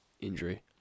injury